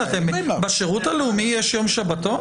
בשירות הלאומי יש יום שבתון?